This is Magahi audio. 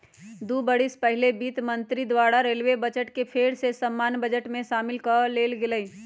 दू बरिस पहिले वित्त मंत्री द्वारा रेलवे बजट के फेर सँ सामान्य बजट में सामिल क लेल गेलइ